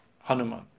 Hanuman